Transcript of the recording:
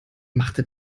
machte